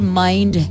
mind